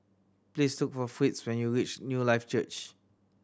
please look for Fritz when you reach Newlife Church